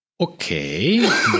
Okay